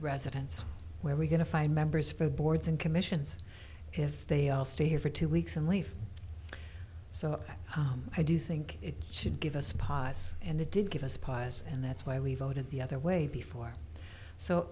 residence where we're going to find members for boards and commissions if they all stay here for two weeks and leave so i do think it should give us pause and it did give us pause and that's why we voted the other way before so